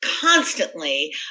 Constantly